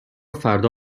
فردا